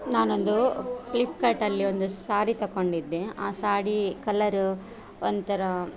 ನಾನೊಂದು ಪ್ಲಿಪ್ಕಾರ್ಟಲ್ಲಿ ಒಂದು ಸಾರಿ ತೊಗೊಂಡಿದ್ದೆ ಆ ಸಾಡಿ ಕಲ್ಲರು ಒಂಥರ